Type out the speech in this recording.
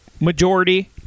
majority